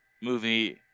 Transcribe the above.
movie